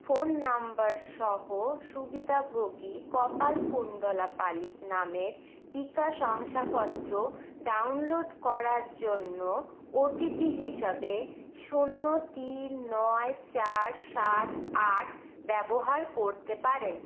phone number সহ সুবিধাভোগী কপালকুণ্ডলা পালিত নামের টিকা শংসাপত্র ডাউনলোড করার জন্য ওটিপি হিসাবে শূন্য তিন নয় চার সাত আট ব্যবহার করতে পারেন